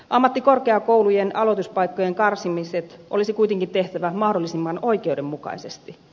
ammattikorkeakoulujen aloituspaikkojen karsimiset olisi kuitenkin tehtävä mahdollisimman oikeudenmukaisesti